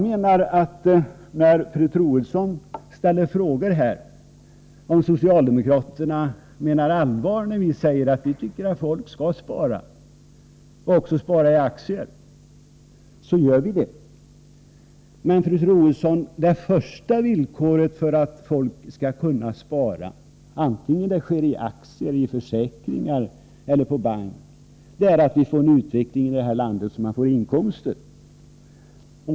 Fru Troedsson ställde frågan om vi socialdemokrater menar allvar när vi säger att vi tycker att folk skall spara och även spara i aktier. Ja, vi menar allvar. Men, fru Troedsson, det första villkoret för att folk skall kunna spara— vare sig det sker i aktier, i försäkringar eller på bank — är att vi får en utveckling i det här landet så att folk får inkomster.